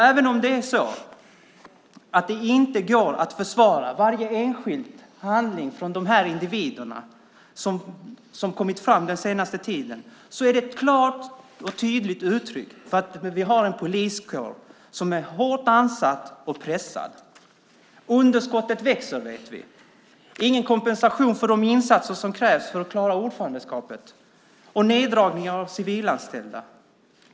Även om det inte går att försvara varje enskild handling från dessa individer som har kommit fram under den senaste tiden är det ett klart och tydligt uttryck för att vi har en poliskår som är hårt ansatt och pressad. Vi vet att underskottet växer. Man får ingen kompensation för de insatser som krävs för att klara ordförandeskapet, och det görs neddragningar av antalet civilanställda.